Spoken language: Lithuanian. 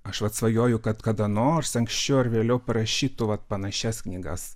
aš vat svajoju kad kada nors anksčiau ar vėliau parašytų vat panašias knygas